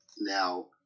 Now